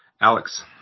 Alex